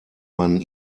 man